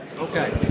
Okay